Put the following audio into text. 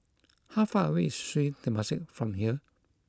how far away is Sri Temasek from here